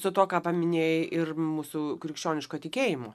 su tuo ką paminėjai ir mūsų krikščioniško tikėjimu